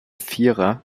vierer